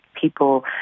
people